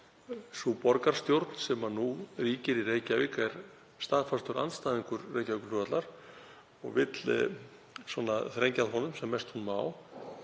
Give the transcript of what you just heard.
sú borgarstjórn sem nú ríkir í Reykjavík staðfastur andstæðingur Reykjavíkurflugvallar og vill þrengja að honum sem mest hún má: